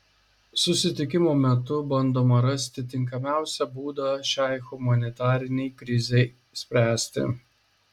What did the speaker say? susitikimo metu bandoma rasti tinkamiausią būdą šiai humanitarinei krizei spręsti